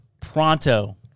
Pronto